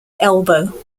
elbow